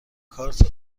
کارت